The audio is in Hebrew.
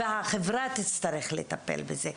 והחברה תצטרך לטפל בזה.